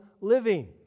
living